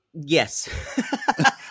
Yes